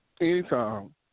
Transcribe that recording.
Anytime